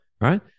right